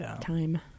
time